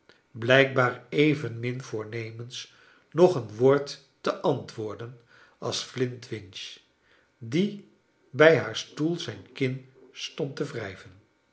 blijkbaar evenmin voornemens nog een woord te antwoorden als flintwinch die bij haar stoel zijn kin stond te wrijven